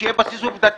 שיהיה בסיס עובדתי.